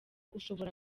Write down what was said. ushobora